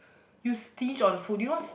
you stinge on the food do you was